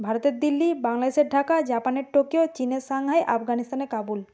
ভারতের দিল্লি বাংলাদেশের ঢাকা জাপানের টোকিও চীনের সাংহাই আফগানিস্থানে কাবুল